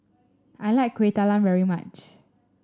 I like Kuih Talam very much